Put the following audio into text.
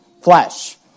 flesh